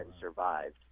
survived